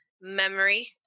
memory